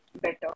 better